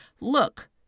look